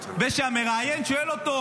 כשהמראיין שאל אותו: